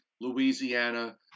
Louisiana